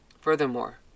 Furthermore